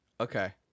Okay